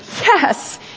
Yes